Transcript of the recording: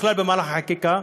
בכלל במהלך החקיקה.